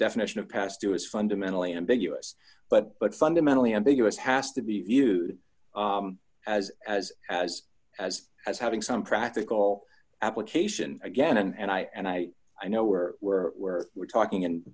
definition of past due is fundamentally ambiguous but but fundamentally ambiguous has to be viewed as as as as as having some practical application again and i and i i know we're we're we're we're talking and